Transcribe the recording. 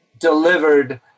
delivered